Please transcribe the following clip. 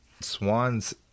swan's